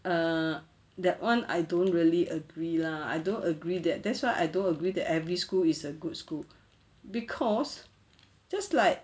ah that one I don't really agree lah I don't agree that that's why I don't agree that every school is a good school cause just like